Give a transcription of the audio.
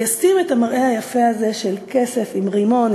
וישים את המראה היפה הזה של כסף עם רימון,